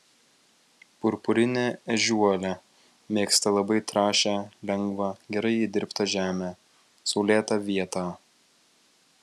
purpurinė ežiuolė mėgsta labai trąšią lengvą gerai įdirbtą žemę saulėtą vietą